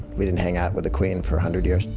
we didn't hang out with the queen for a hundred years.